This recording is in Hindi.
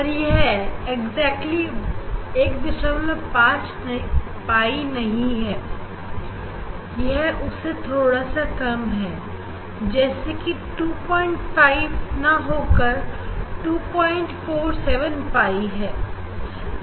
पर यह है बिल्कुल 15pi नहीं है यह उसे थोड़ा सा कम है जैसे कि यह 25 ना होकर 247pi है